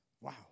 Wow